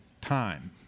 time